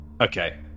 Okay